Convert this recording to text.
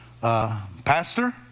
pastor